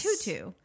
tutu